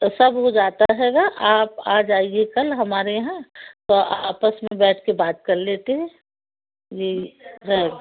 तो सब हो जाता हैगा आप आ जाइए कल हमारे यहाँ तो आपस में बैठ कर बात कर लेते हैं जी